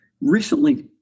recently